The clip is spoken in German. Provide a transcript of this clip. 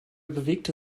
bewegte